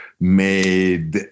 made